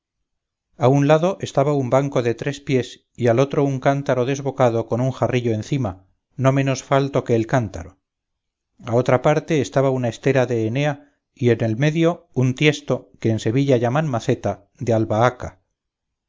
al un lado estaba un banco de tres pies y al otro un cántaro desbocado con un jarrillo encima no menos falto que el cántaro a otra parte estaba una estera de enea y en el medio un tiesto que en sevilla llaman maceta de albahaca